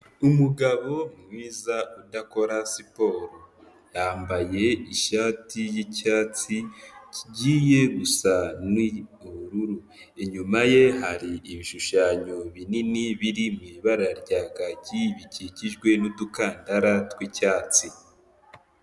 Umugabo mwiza udakora siporo, yambaye ishati y'icyatsi kigiye gusa n'ubururu, inyuma ye hari ibishushanyo binini biri mu ibara rya kaki bikikijwe n'udukandara tw'icyatsi.